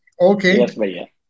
Okay